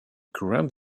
current